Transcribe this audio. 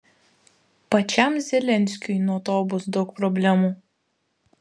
pačiam zelenskiui nuo to bus daug problemų